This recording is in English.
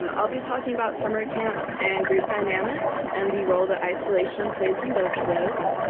um i'll be talking about summer camps and group dynamics and the role that isolation plays in both of those.